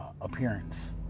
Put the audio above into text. appearance